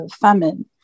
famine